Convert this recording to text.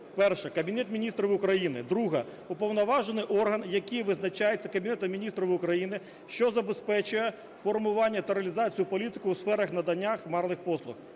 перше – Кабінет Міністрів України, друге – уповноважений орган, який визначається Кабінетом Міністрів, що забезпечує формування та реалізацію політики у сферах надання хмарних послуг,